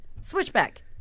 switchback